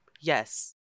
Yes